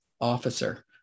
officer